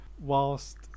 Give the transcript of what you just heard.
whilst